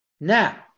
Now